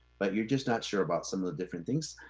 but you're just not sure about some of the different things,